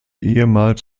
ehemals